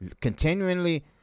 Continually